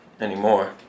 anymore